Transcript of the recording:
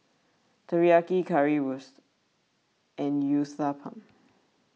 Teriyaki Currywurst and Uthapam